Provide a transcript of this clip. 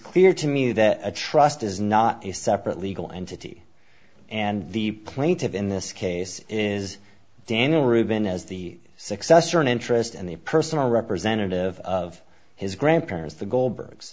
clear to me that a trust is not a separate legal entity and the plaintiff in this case is daniel rubin as the successor in interest and the personal representative of his grandparents the go